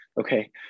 okay